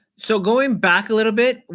so, going back a little bit,